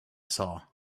saw